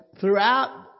throughout